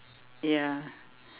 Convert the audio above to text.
ya